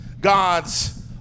God's